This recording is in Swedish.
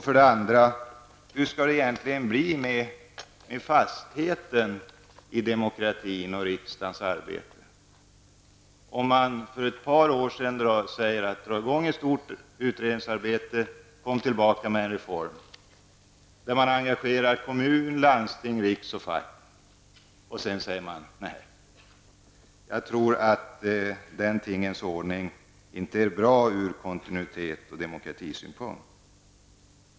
För det andra: Hur skall det egentligen bli med fastheten i demokratin och i riksdagens arbete, om man för ett par år sedan har sagt att vi skall dra i gång ett stort utredningsarbete och komma tillbaka med en reform, där man engagerar kommun, landsting, fack och riksorganisationer, och om man sedan byter fot och säger nej? Jag tror att den tingens ordning inte är bra ur kontinuitets och demokratisynpunkt.